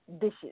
dishes